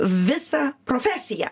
visą profesiją